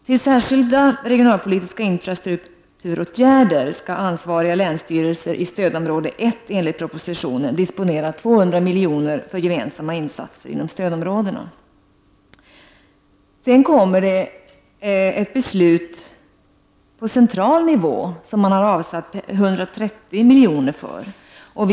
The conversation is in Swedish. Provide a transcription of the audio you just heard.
Till särskilda regionalpolitiska infrastrukturåtgärder skall ansvariga länsstyrelser i stödområde 1 enligt propositionen disponera 200 milj.kr. för gemensamma insatser inom stödområdena. För beslut på central nivå har avsatts 130 milj.kr.